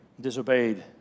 disobeyed